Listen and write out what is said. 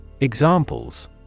Examples